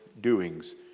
doings